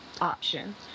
option